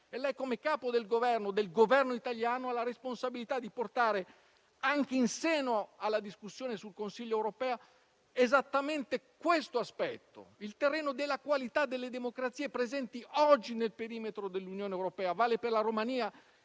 lei come Capo del Governo italiano ha la responsabilità di portare anche in seno alla discussione nel Consiglio europeo esattamente questo aspetto: il terreno della qualità delle democrazie presenti oggi nel perimetro dell'Unione europea. Questo vale per la Romania